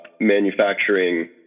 manufacturing